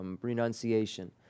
Renunciation